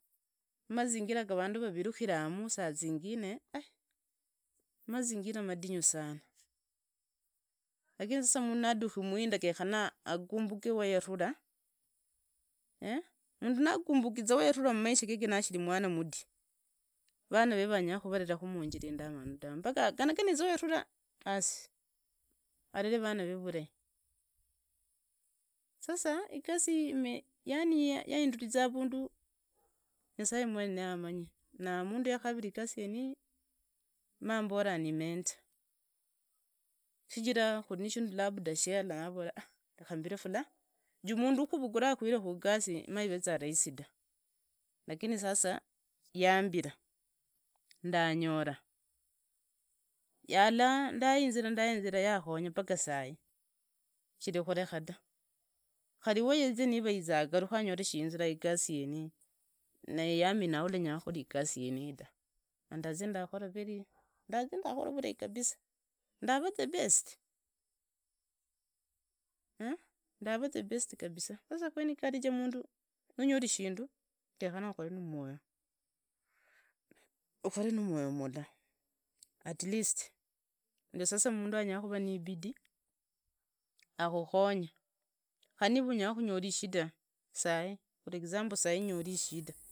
Mmazingira gavandu vavirakiramu saa zingine ai mazingira madinyu sana. Lakini sasa mundu nanduki muhindira ganyekana akumbuke wayatura, mundu nakumbuki za vayatura mmaisha yeye nashiri mwana mudi, vana vere si vanyara kuvareteraku munjira indamanu dave mpaka aganayane wayatura basi avere vana veve vurahi. Sasa igasi yiye yainduriza avundu nyasaye mwene niye amanyi, na mundu yanyarira igasi yeniyi mombasa ni mentor. Shijira kuri ni shindu labda shayala navora areka mbire fulani juu mundu kukuvugura akushire kugasi me veza rahisi da. Lakini sasa yambira ndanyora, yala ndayinzira ndayinzira yakonya mpaka saa hii, shiri koreka da. Kari wazia niva nize kuyaruka anyore shinyinzira igasi yeneyi nayaamina nyara kukora igasi yeniye da. Nandazia ndakora vurai kabisa ndava the best, mmh ndava the best kabisa. Sasa kuencourage mundu, nonyori shindu genyekana ukore numwoyo okere numwoyo mula atleast ndio sasa mundu anyakuva ni bidii akokonye, kari niva unyakonyola ishida sai for example saa hii nyori ishida.